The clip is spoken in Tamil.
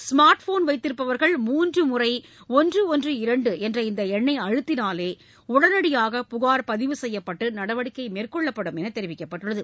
ஸ்மார்ட் போன் வைத்திருப்பவர்கள் மூன்று முறை இந்த எண்ணை அழுத்தினாலே உடனடியாக புகார் பதிவு செய்யப்பட்டு நடவடிக்கை மேற்கொள்ளப்படும் என்று தெரிவிக்கப்பட்டுள்ளது